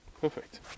Perfect